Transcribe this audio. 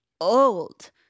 old